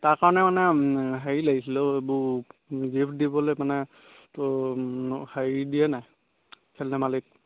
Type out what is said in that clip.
তাৰ কাৰণে মানে হেৰি লাগিছিলে অ' এইবোৰ গিফ্ট দিবলৈ মানে তোৰ হেৰি দিয়ে নাই খেল ধেমালিক